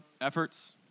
efforts